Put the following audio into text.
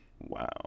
Wow